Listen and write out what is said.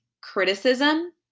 criticism